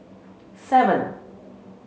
seven